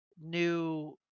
new